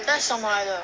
that's 什么来的